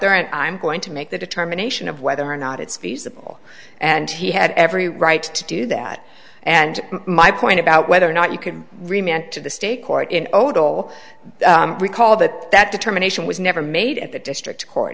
there and i'm going to make the determination of whether or not it's feasible and he had every right to do that and my point about whether or not you could remain to the state court in total recall that that determination was never made at the district court